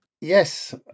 Yes